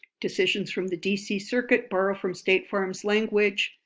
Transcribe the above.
decisions from the d c. circuit borrow from state farm's language,